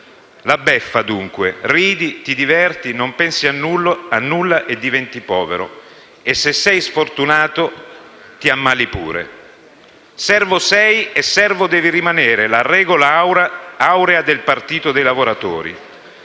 La beffa, dunque: ridi, ti diverti, non pensi a nulla e diventi povero. E, se sei sfortunato, ti ammali pure. Servo sei e servo devi rimanere: la regola aurea del partito dei lavoratori.